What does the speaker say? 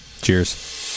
Cheers